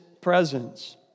presence